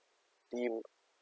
in